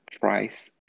price